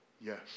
Yes